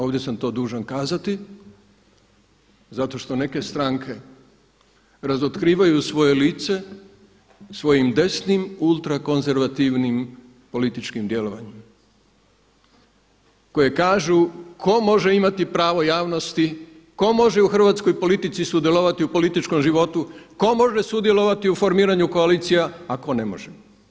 Ovdje sam to dužan kazati zato što neke stranke razotkrivaju svoje lice svojim desnim ultrakonzervativnim političkim djelovanjem koje kažu tko može imati pravo javnosti, tko može u hrvatskoj politici sudjelovati u političkom životu, tko može sudjelovati u formiranju koalicija a tko ne može.